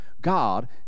God